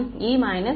E Ei